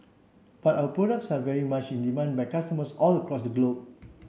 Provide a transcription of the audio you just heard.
but our products are very much in demand by customers all across the globe